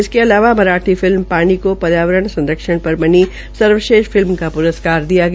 इसके अलावा मराठी फिल्म पानी को पर्यावरण संरक्षण पर बनी सर्वश्रेष्ठ फिल्म का प्रस्कार दिया गया